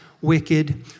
wicked